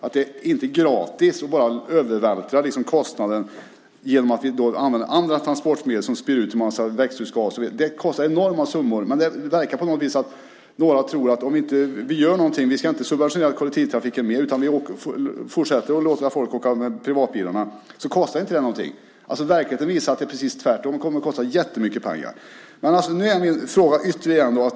Det är inte gratis att bara övervältra kostnaden genom att vi använder andra transportmedel som spyr ut en massa växthusgaser. Det kostar enorma summor, men det verkar på något vis som att några tror att om vi inte gör något, inte subventionerar kollektivtrafiken mer utan fortsätter att låta folk åka med privatbilarna så kostar inte det någonting. Verkligheten visar att det är precis tvärtom. Det kommer att kosta jättemycket pengar.